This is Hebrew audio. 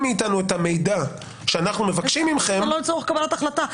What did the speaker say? מאיתנו את המידע שאנחנו מבקשים מכם --- זה לא לצורך קבלת החלטה.